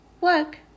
work